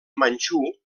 manxú